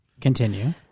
continue